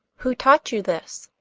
who taught you this?